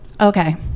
okay